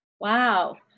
Wow